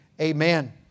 Amen